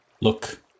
Look